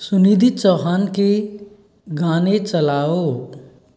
सुनिधि चौहान के गाने चलाओ